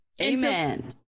amen